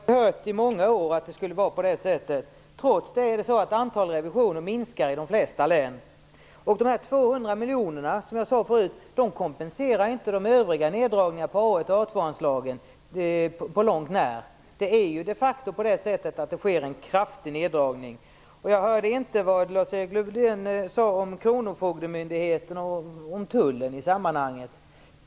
Fru talman! Vi har hört i många år att det skulle vara på det sättet. Trots det minskar antalet revisioner i de flesta länen. De 200 miljonerna kompenserar inte på långt när övriga neddragningar på anslagen A 1 och A 2. Det sker de facto en kraftig neddragning. Jag hörde inte vad Lars-Erik Lövdén sade om kronofogdemyndigheterna och tullen i sammanhanget.